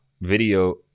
video